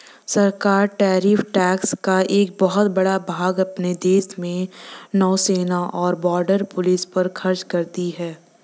सरकार tariff tax का एक बहुत बड़ा भाग अपने देश के नौसेना और बॉर्डर पुलिस पर खर्च करती हैं